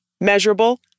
Measurable